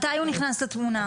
מתי הוא נכנס לתמונה?